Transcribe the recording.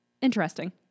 Interesting